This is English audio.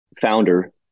founder